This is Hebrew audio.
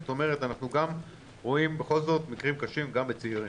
זאת אומרת שאנחנו גם רואים בכל זאת מקרים קשים גם בצעירים,